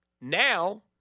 Now